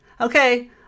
Okay